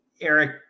Eric